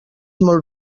molt